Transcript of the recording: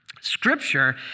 Scripture